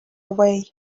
away